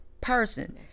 person